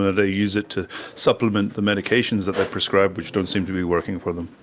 they use it to supplement the medications that they're prescribed which don't seem to be working for them.